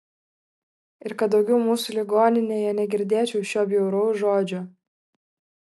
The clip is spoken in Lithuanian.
ir kad daugiau mūsų ligoninėje negirdėčiau šio bjauraus žodžio